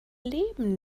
leben